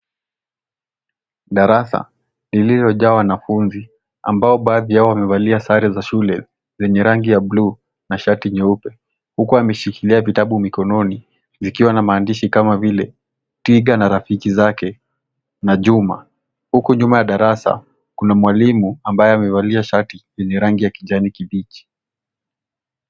Darasa lililojaa wanafunzi ambao baadhi yao wamevalia sare za shule zenye rangi ya bluu na shati jeupe, huku wameshikilia vitabu mikononi zikiwa na maandishi kama vile Twiga na Rafiki zake na Juma. Huku nyuma ya darasa kuna mwalimu ambaye amevalia shati lenye rangi ya kijani kibichi.